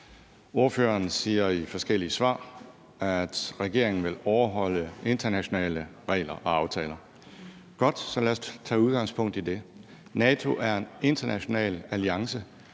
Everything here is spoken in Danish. Ordføreren siger i forskellige svar, at regeringen vil overholde internationale regler og aftaler. Godt, så lad os tage udgangspunkt i det. NATO er en international alliance